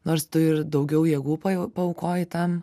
nors tu ir daugiau jėgų paaukoji tam